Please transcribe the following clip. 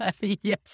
Yes